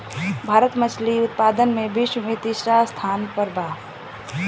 भारत मछली उतपादन में विश्व में तिसरा स्थान पर बा